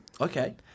Okay